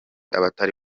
abatari